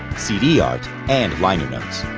cd art, and liner notes.